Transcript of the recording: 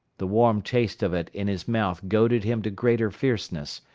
the warm taste of it in his mouth goaded him to greater fierceness.